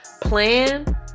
plan